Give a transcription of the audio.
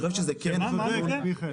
הוא צודק.